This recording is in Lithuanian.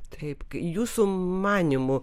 taip jūsų manymu